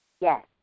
Yes